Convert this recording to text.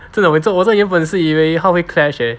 真的我真的原本是以为他会 clash leh